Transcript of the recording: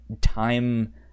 time